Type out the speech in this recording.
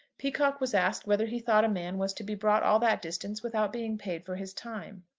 peacocke was asked whether he thought a man was to be brought all that distance without being paid for his time.